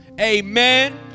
amen